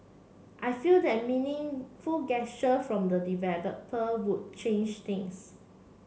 I feel that meaningful gesture from the developer would change things